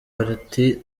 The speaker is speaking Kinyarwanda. ati